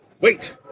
Wait